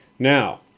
Now